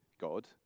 God